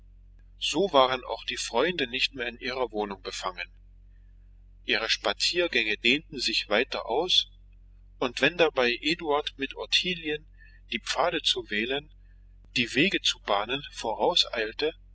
so waren auch die freunde nicht mehr in ihrer wohnung befangen ihre spaziergänge dehnten sich weiter aus und wenn dabei eduard mit ottilien die pfade zu wählen die wege zu bahnen vorauseilte